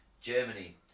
Germany